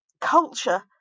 culture